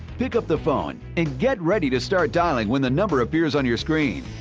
pick up the phone and get ready to start dialing when the number appears on your screen.